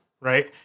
right